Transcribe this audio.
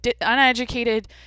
uneducated